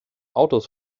autos